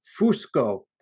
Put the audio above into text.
Fusco